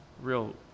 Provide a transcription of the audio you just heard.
real